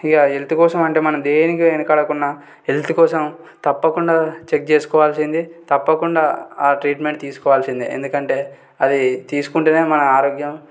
ఇక హెల్త్ కోసం అంటే మనం దేనికి వెనకాడకున్నా హెల్త్ కోసం తప్పకుండా చెక్ చేసుకోవాల్సిందే తప్పకుండా ఆ ట్రీట్మెంట్ తీసుకోవాల్సిందే ఎందుకంటే అది తీసుకుంటేనే మన ఆరోగ్యం